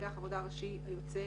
מפקח העבודה הראשי היוצא